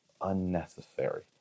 unnecessary